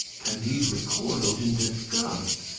candide recoiled in disgust.